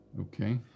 Okay